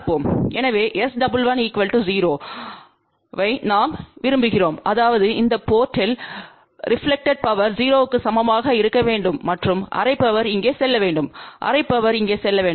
எனவே S11 0 ஐநாம் விரும்புகிறோம்அதாவது இந்த போர்ட்த்தில் ரெப்லக்டெட் பவர் 0 க்கு சமமாக இருக்க வேண்டும் மற்றும் அரை பவர் இங்கே செல்ல வேண்டும் அரை பவர் இங்கே செல்ல வேண்டும்